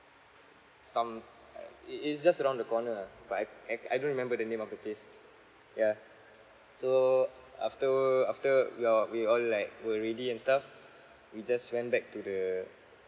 some uh it is just around the corner ah but I I I don't remember the name of the place yeah so afterward after we're we all like were ready and stuff we just went back to the